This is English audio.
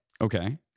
Okay